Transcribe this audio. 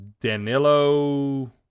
Danilo